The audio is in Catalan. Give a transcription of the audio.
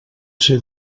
ser